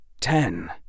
Ten